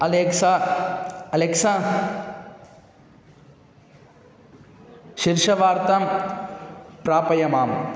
Alexa Alexa शीर्षवार्तां प्रापय माम्